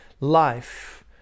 Life